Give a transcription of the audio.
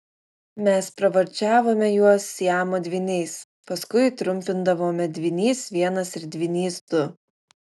mes pravardžiavome juos siamo dvyniais paskui trumpindavome dvynys vienas ir dvynys du